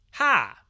Hi